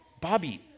Bobby